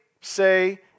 say